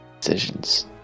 Decisions